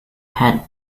had